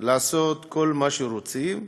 לעשות כל מה שרוצים,